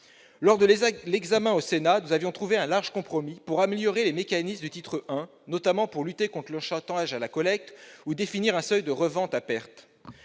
Lors de l'examen du texte par le Sénat, nous avions trouvé un large compromis pour améliorer les mécanismes du titre I, notamment pour lutter contre le « chantage à la collecte » ou définir un seuil de revente à perte.